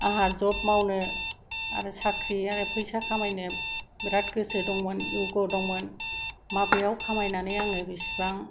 आंहा ज'ब मावनो आरो साख्रि आरो फैसा खामायनो बेराद गोसो दंमोन युग्ग' दंमोन माबेआव खामायनानै आङो बेसेबां